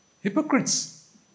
Hypocrites